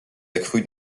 accrue